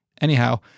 Anyhow